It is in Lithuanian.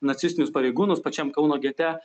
nacistinius pareigūnus pačiam kauno gete